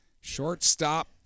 Shortstop